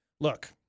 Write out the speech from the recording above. look